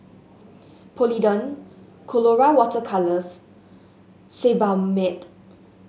Polident Colora Water Colours Sebamed